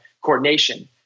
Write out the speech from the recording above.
coordination